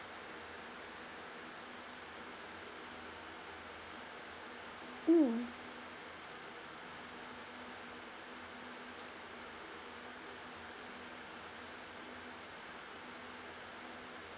mm